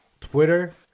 Twitter